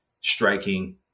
striking